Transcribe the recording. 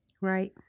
Right